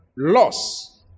Loss